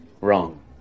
wrong